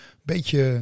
Beetje